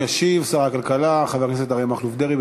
ישיב שר הכלכלה חבר הכנסת אריה מכלוף דרעי.